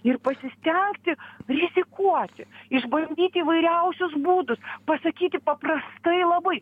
ir pasistengti rizikuoti išbandyti įvairiausius būdus pasakyti paprastai labai